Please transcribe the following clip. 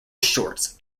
shorts